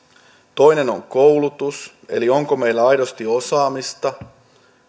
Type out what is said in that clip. toinen on koulutus eli onko meillä aidosti osaamista